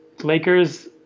Lakers